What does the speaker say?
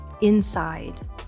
inside